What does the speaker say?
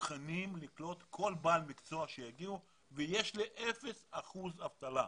מוכנים לקלוט כל בעל מקצוע שיגיע ויש לי אפס אחוז אבטלה.